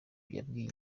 yabwiye